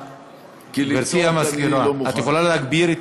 גברתי המזכירה, את יכולה להגביר את